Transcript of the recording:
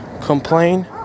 complain